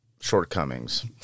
shortcomings